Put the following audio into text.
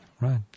right